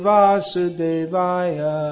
Vasudevaya